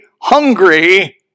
hungry